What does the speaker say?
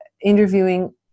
interviewing